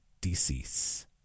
Decease